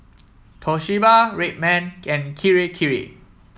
Toshiba Red Man and Kirei Kirei